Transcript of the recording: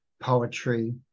poetry